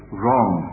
wrong